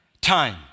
time